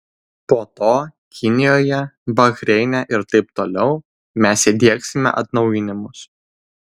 po to kinijoje bahreine ir taip toliau mes įdiegsime atnaujinimus